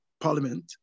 parliament